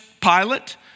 Pilate